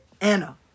Anna